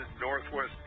Northwest